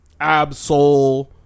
Absol